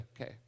okay